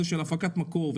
הפקת מקור,